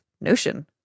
Notion